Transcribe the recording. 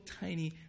tiny